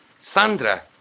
Sandra